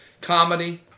Comedy